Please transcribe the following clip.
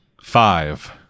five